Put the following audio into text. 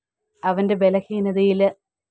അവൻ്റെ ബലഹീനതയിൽ